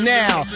now